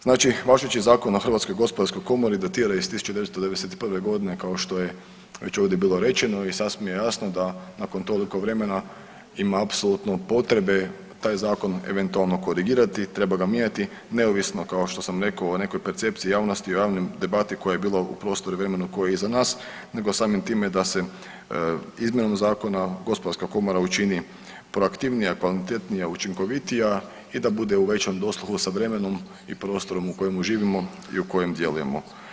Znači važeći Zakon o HGK datira iz 1991. godine kao što je već ovdje bilo rečeno i sasvim je jasno da nakon toliko vremena ima apsolutno potrebe taj zakon eventualno korigirati, treba ga mijenjati neovisno kao što sam rekao o nekoj percepciji javnosti i javnoj debati koja je bila u prostoru i vremenu koje je iza nas nego samim time da se izmjenom zakona gospodarska komora učini proaktivnija, kvalitetnija, učinkovitija i da bude u većem dosluhu sa vremenom i prostorom u kojemu živimo i u kojem djelujemo.